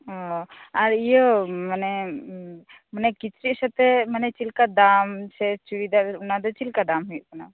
ᱚ ᱟᱨ ᱤᱭᱟᱹ ᱢᱟᱱᱮ ᱢᱟᱱᱮ ᱠᱤᱪᱨᱤᱜ ᱥᱟᱛᱮ ᱢᱟᱱᱮ ᱪᱮᱫ ᱞᱮᱠᱟ ᱫᱟᱢ ᱥᱮ ᱪᱩᱲᱤ ᱫᱟᱨ ᱚᱱᱟ ᱫᱚ ᱪᱮᱜ ᱞᱮᱠᱟ ᱫᱟᱢ ᱦᱩᱭᱩᱜ ᱠᱟᱱᱟ